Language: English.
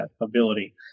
ability